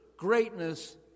Greatness